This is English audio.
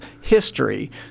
history